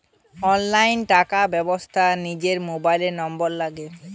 online টাকার ব্যবস্থার জিনে মোবাইল নম্বর লাগে